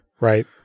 right